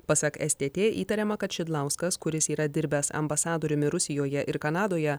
pasak stt įtariama kad šidlauskas kuris yra dirbęs ambasadoriumi rusijoje ir kanadoje